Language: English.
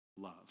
love